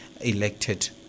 elected